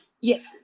Yes